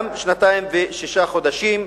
גם שנתיים ושישה חודשים.